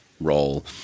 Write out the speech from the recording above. role